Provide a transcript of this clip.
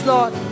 Lord